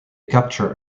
capture